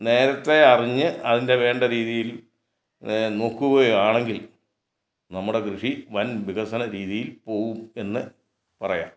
നേരത്തെ അറിഞ്ഞ് അതിന്റെ വേണ്ട രീതിയിൽ നോക്കുകയാണെങ്കിൽ നമ്മുടെ കൃഷി വൻ വികസന രീതിയിൽ പോകും എന്ന് പറയാം